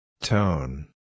Tone